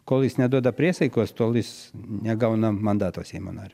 kol jis neduoda priesaikos tol jis negauna mandato seimo nario